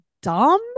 dumb